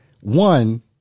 one